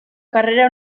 carrera